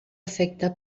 efecte